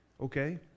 okay